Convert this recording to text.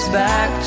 back